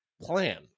plan